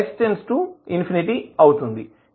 అవుతుంది